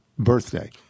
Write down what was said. birthday